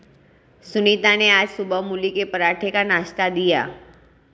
सुनीता ने आज सुबह मूली के पराठे का नाश्ता दिया